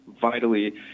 vitally